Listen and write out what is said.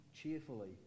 cheerfully